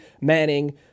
Manning